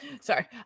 Sorry